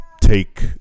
take